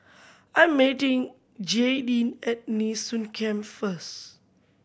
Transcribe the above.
I'm meeting Jaydin at Nee Soon Camp first